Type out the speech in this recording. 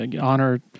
honor